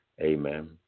Amen